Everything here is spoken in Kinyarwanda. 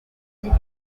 n’ubu